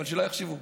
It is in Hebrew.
אבל שלא יחשבו.